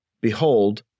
Behold